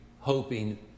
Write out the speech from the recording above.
hoping